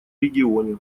регионе